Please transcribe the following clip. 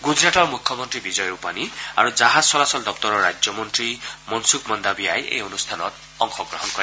গুজৰাটৰ মুখ্যমন্ত্ৰী বিজয় ৰূপানী আৰু জাহাজ চলাচল দপ্তৰৰ ৰাজ্যমন্ত্ৰী মনচূখ মন্দাভিয়াই এই অনুষ্ঠানত অংশগ্ৰহণ কৰে